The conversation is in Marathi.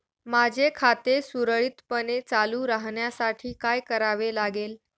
माझे खाते सुरळीतपणे चालू राहण्यासाठी काय करावे लागेल?